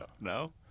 No